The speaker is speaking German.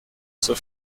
zur